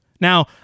Now